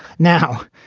now,